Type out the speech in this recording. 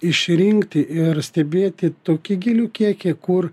išrinkti ir stebėti tokį gėlių kiekį kur